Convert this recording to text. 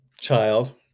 child